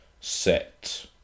set